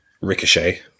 Ricochet